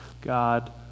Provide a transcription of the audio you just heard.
God